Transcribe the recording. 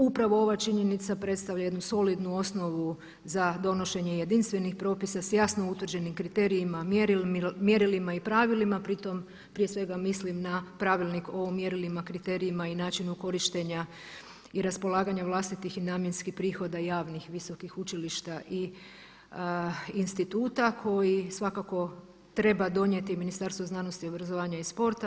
Upravo ova činjenica predstavlja jednu solidnu osnovu za donošenje jedinstvenih propisa sa jasno utvrđenim kriterijima, mjerilima i pravilima, pri tome prije svega mislim na pravilnik o mjerilima, kriterijima i načinu korištenja i raspolaganja vlastitih namjenskih prihoda, javnih visokih učilišta i instituta koji svakako treba donijeti Ministarstvo znanosti, obrazovanja i sporta.